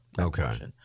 Okay